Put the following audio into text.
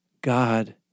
God